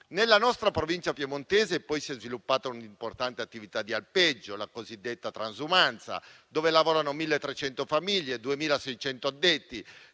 Nella nostra Provincia piemontese, poi, si è sviluppata un'importante attività di alpeggio, la cosiddetta transumanza, dove lavorano 1.300 famiglie con 2.600 addetti,